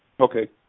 Okay